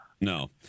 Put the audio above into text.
no